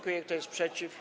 Kto jest przeciw?